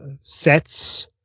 sets